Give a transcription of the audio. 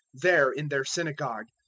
there in their synagogue,